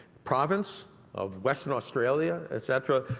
province of western australia, et cetera,